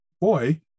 boy